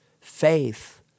faith